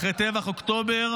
אחרי טבח אוקטובר,